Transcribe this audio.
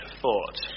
thought